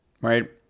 Right